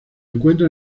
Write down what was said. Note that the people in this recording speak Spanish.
encuentra